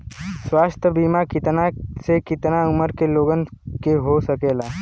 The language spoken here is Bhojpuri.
स्वास्थ्य बीमा कितना से कितना उमर के लोगन के हो सकेला?